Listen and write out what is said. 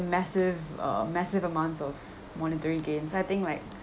massive uh massive amounts of monetary gains I think like